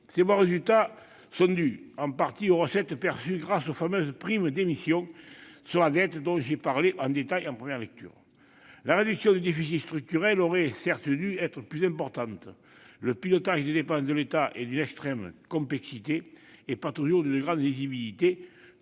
Ces bons résultats sont dus en partie aux recettes perçues grâce aux fameuses primes d'émission sur la dette, dont j'ai parlé en détail en première lecture. Certes, la réduction du déficit structurel aurait dû être plus importante. Il faut dire que le pilotage des dépenses de l'État est d'une extrême complexité et pas toujours d'une grande lisibilité,